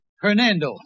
Hernando